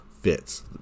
fits